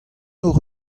hocʼh